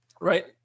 right